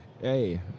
hey